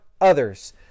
others